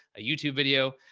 a youtube video,